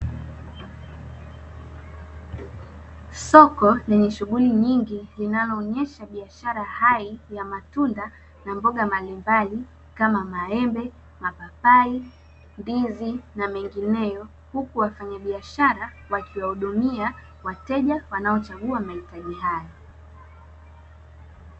Soko lenye shughuli nyingi, linaloonesha bishara hai ya matunda na mboga mbalimbali kama: maembe, mapapai, ndizi na mengineyo. Huku wafanyabiashara wakiwahudumia wateja wanaochagua mahitaji hayo.